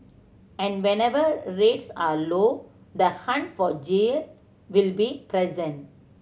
and whenever rates are low the hunt for will be present